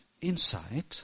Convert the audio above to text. inside